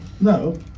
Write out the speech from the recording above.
No